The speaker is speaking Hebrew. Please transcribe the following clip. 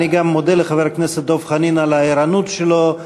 אני גם מודה לחבר הכנסת דב חנין על הערנות שלו.